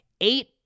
Eight